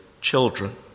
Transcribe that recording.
children